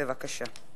בבקשה.